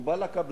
הוא בא לקבלנים